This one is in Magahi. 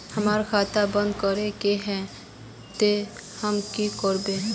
हमर खाता बंद करे के है ते हम की करबे?